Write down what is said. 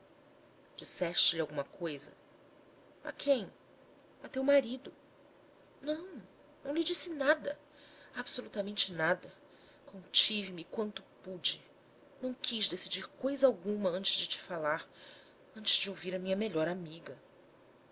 disseste lhe alguma coisa a quem a teu marido não não lhe disse nada absolutamente nada contive-me quanto pude não quis decidir coisa alguma antes de te falar antes de ouvir a minha melhor amiga